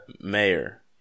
Mayor